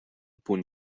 punt